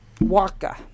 Waka